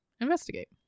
investigate